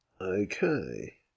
okay